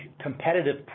competitive